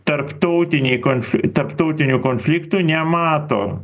tarptautiniai konf tarptautinių konfliktų nemato